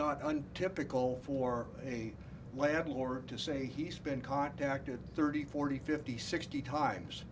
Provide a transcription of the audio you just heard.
not untypical for a landlord to say he's been contacted thirty forty fifty sixty times